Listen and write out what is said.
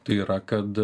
tai yra kad